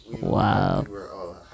wow